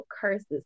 curses